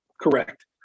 Correct